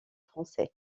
français